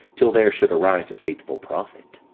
till there should arise a faithful prophet